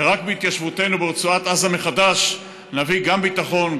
ורק בהתיישבותנו ברצועת עזה מחדש נביא גם ביטחון,